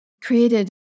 created